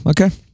Okay